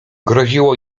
groziło